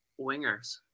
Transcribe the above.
wingers